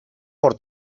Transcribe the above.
por